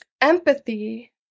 empathy